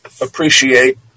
appreciate